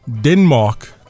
Denmark